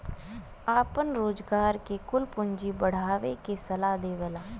आपन रोजगार के कुल पूँजी बढ़ावे के सलाह देवला